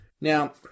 Now